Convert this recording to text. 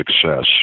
success